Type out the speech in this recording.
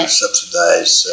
subsidize